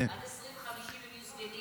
עד 2050 הם יהיו זקנים.